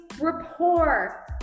rapport